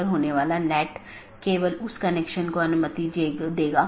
यह पूरे मेश की आवश्यकता को हटा देता है और प्रबंधन क्षमता को कम कर देता है